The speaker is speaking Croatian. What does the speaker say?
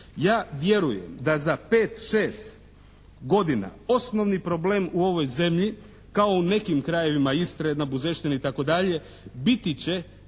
Ja vjerujem da za 5, 6 godina osnovni problem u ovoj zemlji kao u nekim krajevima Istre jedna Buzeština itd. biti će